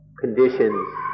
conditions